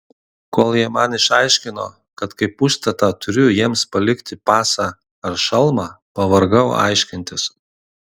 kol jie man išaiškino kad kaip užstatą turiu jiems palikti pasą ar šalmą pavargau aiškintis